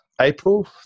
April